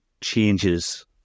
changes